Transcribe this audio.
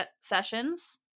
sessions